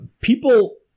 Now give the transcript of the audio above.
People